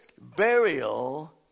burial